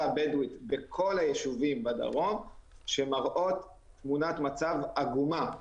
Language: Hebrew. הבדואית בכל הישובים בדרום והתצפיות האלה מראות תמונת מצב עגומה.